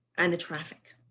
and the traffic,